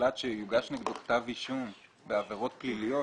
שהוחלט שיוגש נגדו כתב אישום בעבירות פליליות,